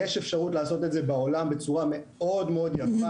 יש אפשרות לעשות את זה בעולם בצורה מאוד יפה.